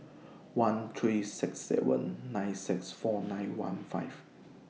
one three six seven nine six four nine one five